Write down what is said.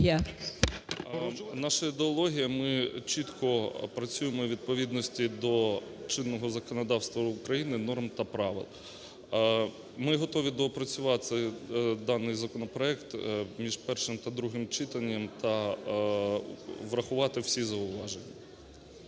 Наша ідеологія. Ми чітко працюємо у відповідності до чинного законодавства України, норм та правил. Ми готові доопрацювати цей, даний законопроект між першим та другим читанням та врахувати всі зауваження.